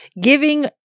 giving